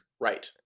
right